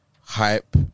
hype